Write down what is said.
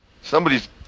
somebody's